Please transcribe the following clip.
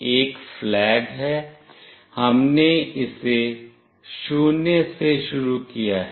एक flag है हमने इसे 0 से शुरू किया है